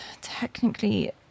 technically